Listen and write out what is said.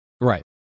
Right